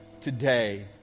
today